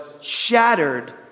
shattered